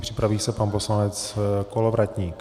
Připraví se pan poslanec Kolovratník.